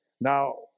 Now